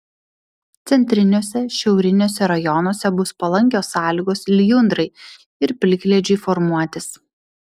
centriniuose šiauriniuose rajonuose bus palankios sąlygos lijundrai ir plikledžiui formuotis